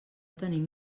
tenim